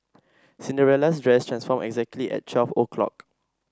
Cinderella's dress transformed exactly at twelve o'clock